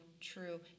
true